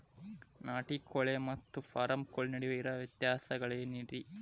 ನಾಟಿ ಕೋಳಿ ಮತ್ತ ಫಾರಂ ಕೋಳಿ ನಡುವೆ ಇರೋ ವ್ಯತ್ಯಾಸಗಳೇನರೇ?